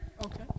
okay